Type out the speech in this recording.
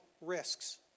risks